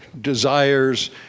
desires